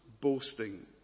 boasting